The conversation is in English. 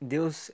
Deus